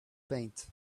paint